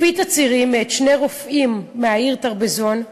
לפי תצהירים מאת שני רופאים מהעיר טרבזון,